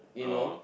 oh